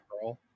Pearl